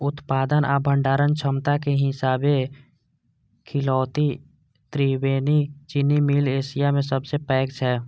उत्पादन आ भंडारण क्षमताक हिसाबें खतौली त्रिवेणी चीनी मिल एशिया मे सबसं पैघ छै